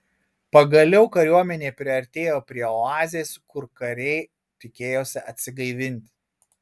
pagaliau kariuomenė priartėjo prie oazės kur kariai tikėjosi atsigaivinti